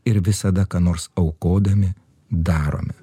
ir visada ką nors aukodami darome